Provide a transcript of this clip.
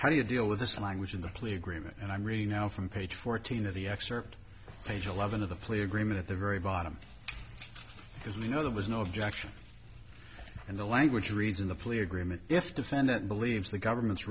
how do you deal with this language in the plea agreement and i'm reading now from page fourteen of the excerpt page eleven of the plea agreement at the very bottom because you know there was no objection and the language reads in the plea agreement if defendant believes the government's